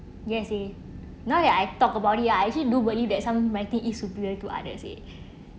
yes it is now ya I talk about it ah actually nobody that some writing is superior to others it